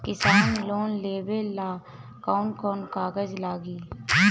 किसान लोन लेबे ला कौन कौन कागज लागि?